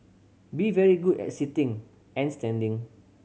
be very good and sitting and standing